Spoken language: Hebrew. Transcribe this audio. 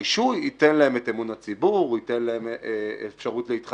הרישוי ייתן להם את אמון הציבור,